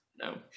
No